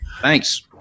Thanks